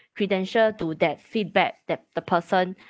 credential to that feedback that the person